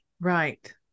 Right